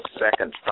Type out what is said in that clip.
second